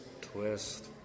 Twist